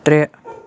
ترٛےٚ